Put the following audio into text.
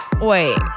Wait